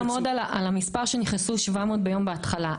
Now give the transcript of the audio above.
רק תעמוד על המספר שנכנסו, 700 ביום בהתחלה.